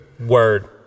Word